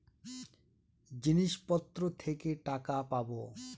জিনিসপত্র থেকে টাকা পাবো